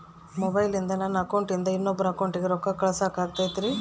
ಮೊಬೈಲಿಂದ ನನ್ನ ಅಕೌಂಟಿಂದ ಇನ್ನೊಬ್ಬರ ಅಕೌಂಟಿಗೆ ರೊಕ್ಕ ಕಳಸಾಕ ಆಗ್ತೈತ್ರಿ?